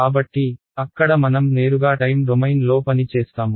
కాబట్టి అక్కడ మనం నేరుగా టైమ్ డొమైన్లో పని చేస్తాము